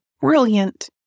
brilliant